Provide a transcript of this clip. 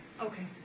Okay